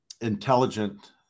intelligent